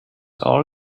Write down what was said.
all